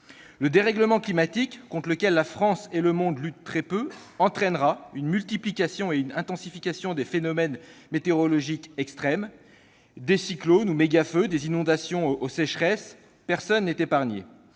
Le dérèglement climatique, contre lequel la France et le monde luttent très peu, entraînera une multiplication et une intensification des phénomènes météorologiques extrêmes. Des cyclones aux méga-feux, des inondations aux sécheresses, personne n'est épargné